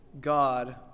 God